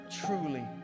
truly